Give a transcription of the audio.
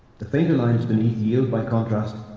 the fainter lines beneath yield, by contrast,